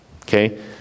Okay